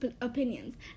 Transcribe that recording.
opinions